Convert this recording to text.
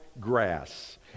grass